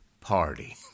party